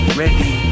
ready